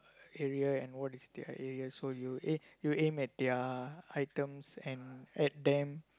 area and what is their area so you eh you aim at their items and at them